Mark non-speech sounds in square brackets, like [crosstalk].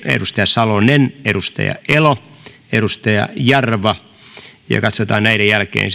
edustaja salonen edustaja elo edustaja jarva ja katsotaan sitten näiden jälkeen [unintelligible]